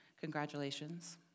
Congratulations